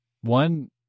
One